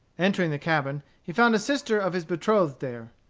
entering the cabin, he found a sister of his betrothed there.